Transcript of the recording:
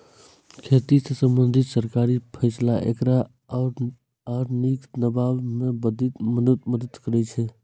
खेती सं संबंधित सरकारी फैसला एकरा आर नीक बनाबै मे मदति करै छै